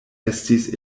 estis